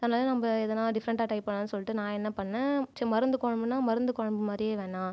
அதனால் நம்ப எதனா டிஃபிரென்ட்டாக ட்ரை பண்ணலான்னு சொல்லிட்டு நான் என்ன பண்ணினேன் சே மருந்து குழம்புனா மருந்து குழம்பு மாதிரியே வேணாம்